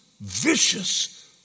vicious